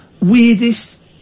weirdest